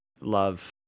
love